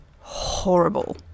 horrible